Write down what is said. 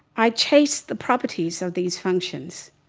i chase the properties of these functions.